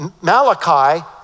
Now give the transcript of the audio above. Malachi